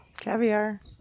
caviar